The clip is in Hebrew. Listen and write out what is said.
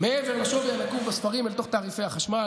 מעבר לשווי הנקוב בספרים אל תוך תעריפי החשמל,